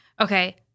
Okay